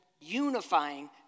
unifying